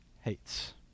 hates